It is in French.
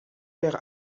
père